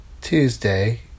Tuesday